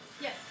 Yes